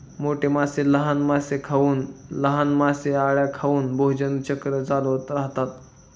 मोठे मासे लहान मासे खाऊन, लहान मासे अळ्या खाऊन भोजन चक्र चालवत राहतात